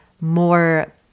more